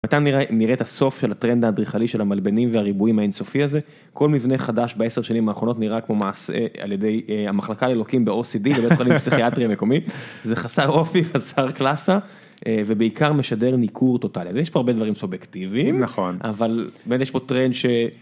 מתי נראה את הסוף של הטרנד האדריכלי של המלבנים והריבועים האינסופי הזה? כל מבנה חדש בעשר שנים האחרונות נראה כמו מעשה על ידי המחלקה ללוקים בOCD, לבית חולים הפסיכיאטרי המקומי. זה חסר אופי, חסר קלאסה, ובעיקר משדר ניכור טוטלי. אז יש פה הרבה דברים סובייקטיביים, אבל באמת יש פה טרנד ש...